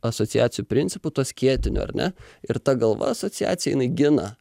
asociacijų principu tuo skėtiniu ar ne ir ta galva asociacija jinai gina